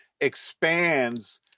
expands